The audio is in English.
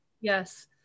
yes